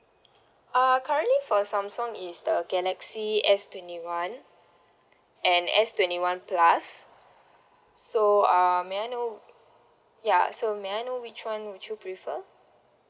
uh currently for Samsung is the galaxy S twenty one and S twenty one plus so uh may I know ya so may I know which [one] would you prefer